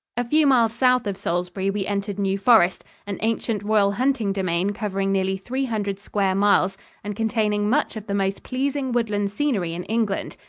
a few miles south of salisbury we entered new forest, an ancient royal hunting domain covering nearly three hundred square miles and containing much of the most pleasing woodland scenery in england.